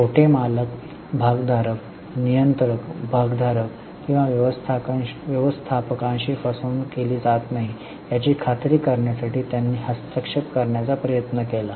छोटे मालक भागधारक नियंत्रक भागधारक किंवा व्यवस्थापकांनी फसवणूक केली जात नाही याची खात्री करण्यासाठी त्यांनी हस्तक्षेप करण्याचा प्रयत्न केला